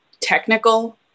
technical